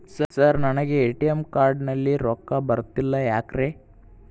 Sir ನನಗೆ ATM card ನಲ್ಲಿ ರೊಕ್ಕ ಬರತಿಲ್ಲ ಯಾಕ್ರೇ?